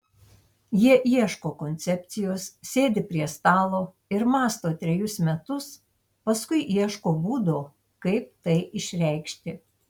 jie ieško koncepcijos sėdi prie stalo ir mąsto trejus metus paskui ieško būdo kaip tai išreikšti